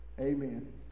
Amen